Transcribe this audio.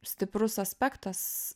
stiprus aspektas